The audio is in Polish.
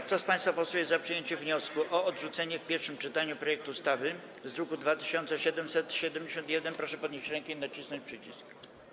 Kto z państwa posłów jest za przyjęciem wniosku o odrzucenie w pierwszym czytaniu projektu ustawy z druku nr 2771, proszę podnieść rękę i nacisnąć przycisk.